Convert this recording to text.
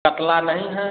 कतला नहीं है